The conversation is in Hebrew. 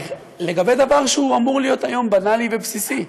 לגבי דבר שהוא אמור להיות היום בנאלי ובסיסי,